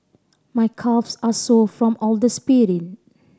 my calves are sore from all the sprint